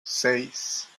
seis